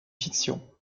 fiction